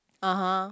(uh huh)